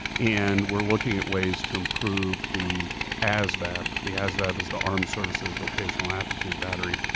and we're looking at ways to improve the asvab. the asvab is the armed services vocational aptitude battery.